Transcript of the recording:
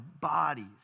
bodies